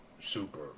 super